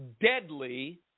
deadly